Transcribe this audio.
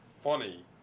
funny